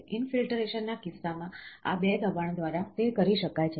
ઈનફિલ્ટરેશનના કિસ્સામાં આ બે દબાણ દ્વારા તે કરી શકાય છે